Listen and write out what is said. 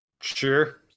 Sure